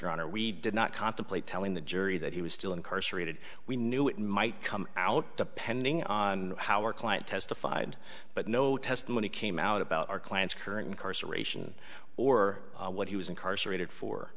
honor we did not contemplate telling the jury that he was still incarcerated we knew it might come out depending on how our client testified but no testimony came out about our client's current incarceration or what he was incarcerated for